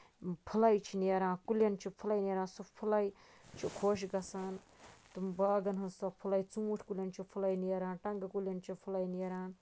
پھلے چھِ نیران کُلین چھِ پھُلے نیران سُہ پھُلے چھُ خۄش گژھان تِم باغَن ہنز سۄ پھُلے ژوٗنٹھ کُلین چھِ پھُلے نیران ٹَنگہٕ کُلین چھِ پھُلے نیران